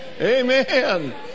Amen